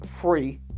free